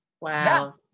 wow